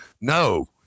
No